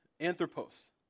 Anthropos